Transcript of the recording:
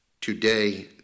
Today